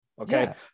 okay